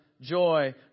joy